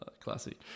Classy